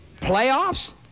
Playoffs